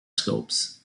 scopes